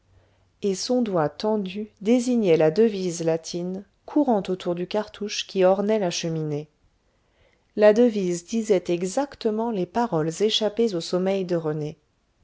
et son doigt tendu désignait la devise latine courant autour du cartouche qui ornait la cheminée la devise disait exactement les paroles échappées au sommeil de rené